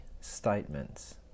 statements